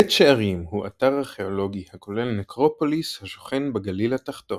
בית שערים הוא אתר ארכאולוגי הכולל נקרופוליס השוכן בגליל התחתון.